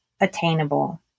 attainable